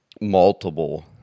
multiple